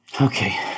Okay